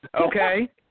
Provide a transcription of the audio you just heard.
okay